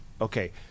Okay